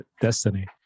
Destiny